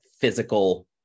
physical